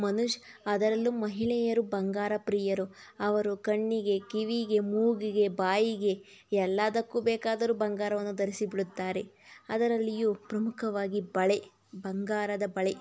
ಮನುಷ್ಯ ಅದರಲ್ಲೂ ಮಹಿಳೆಯರು ಬಂಗಾರ ಪ್ರಿಯರು ಅವರು ಕಣ್ಣಿಗೆ ಕಿವಿಗೆ ಮೂಗಿಗೆ ಬಾಯಿಗೆ ಎಲ್ಲಾದಕ್ಕು ಬೇಕಾದರೂ ಬಂಗಾರವನ್ನು ಧರಿಸಿ ಬಿಡುತ್ತಾರೆ ಅದರಲ್ಲಿಯೂ ಪ್ರಮುಖವಾಗಿ ಬಳೆ ಬಂಗಾರದ ಬಳೆ